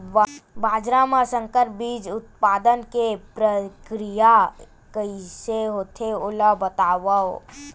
बाजरा मा संकर बीज उत्पादन के प्रक्रिया कइसे होथे ओला बताव?